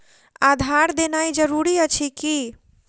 आधार देनाय जरूरी अछि की?